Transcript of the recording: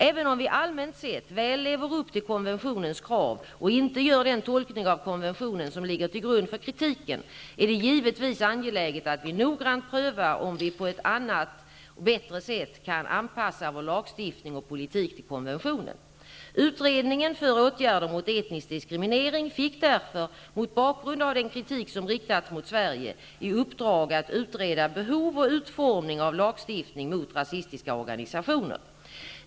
Även om vi allmänt sett väl lever upp till konventionens krav och inte gör den tolkning av komventionen som ligger till grund för kritiken, är det givetvis angeläget att vi noggrant prövar om vi på ett annat och bättre sätt kan anpassa vår lagstiftning och politik till konventionen. Utredningen för åtgärder mot etnisk diskriminering fick därför, mot bakgrund av den kritik som riktats mot Sverige, i uppdrag att utreda behov och utformning av lagstiftning mot rasistiska organisationer.